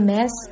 Mess